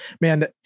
man